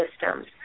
systems